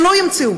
ולא ימצאו,